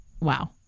Wow